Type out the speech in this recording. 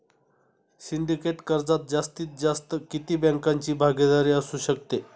Syndicate कर्जात जास्तीत जास्त किती बँकांची भागीदारी असू शकते?